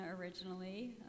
originally